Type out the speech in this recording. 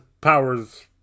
powers